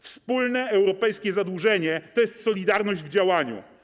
Wspólne europejskie zadłużenie to jest solidarność w działaniu.